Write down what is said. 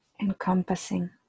encompassing